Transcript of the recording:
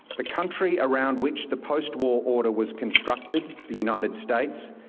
the country around which the post-war order was constructed, the united states,